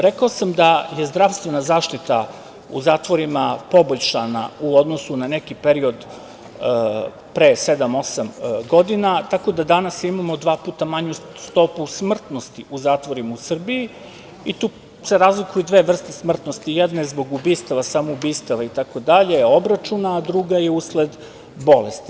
Rekao sam da je zdravstvena zaštita u zatvorima poboljšana u odnosu na neki period pre sedam, osam godina tako da danas imamo dva puta manju stopu smrtnosti u zatvorima u Srbiji i tu se razlikuju dve vrste smrtnosti, jedan je zbog ubistava, samoubistava i tako dalje, obračuna, a druga je usled bolesti.